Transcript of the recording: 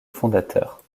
fondateur